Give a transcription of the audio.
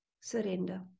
surrender